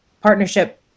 partnership